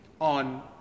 on